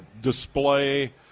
display